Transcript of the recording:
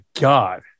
God